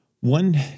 One